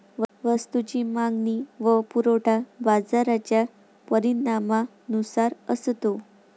वस्तूची मागणी व पुरवठा बाजाराच्या परिणामानुसार असतो